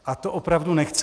A to opravdu nechci.